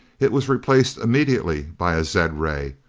it was replaced immediately by a zed-ray,